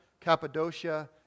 Cappadocia